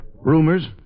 Rumors